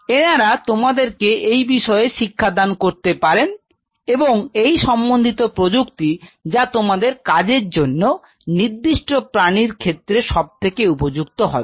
এনারা তোমাদেরকে এই বিষয়ে শিক্ষাদান করতে পারেন এবং এই সম্বন্ধিত প্রযুক্তি যা তোমাদের কাজের জন্য নির্দিষ্ট প্রাণীর ক্ষেত্রে সবথেকে উপযুক্ত হবে